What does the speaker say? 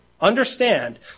understand